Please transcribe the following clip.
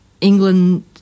England